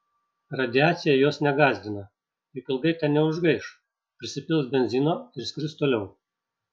radiacija jos negąsdina juk ilgai ten neužgaiš prisipils benzino ir skris toliau